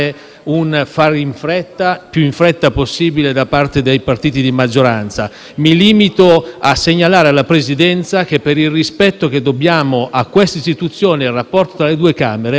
un fare in fretta, il più in fretta possibile da parte dei partiti di maggioranza. Mi limito a segnalare alla Presidenza che, per il rispetto che dobbiamo a questa istituzione e al rapporto tra le due Camere,